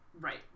right